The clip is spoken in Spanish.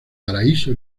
paraíso